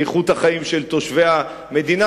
איכות החיים של תושבי המדינה.